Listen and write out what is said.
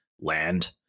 land